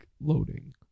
loading